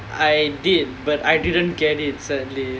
uh I did but I didn't get it sadly